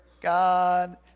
God